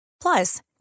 Plus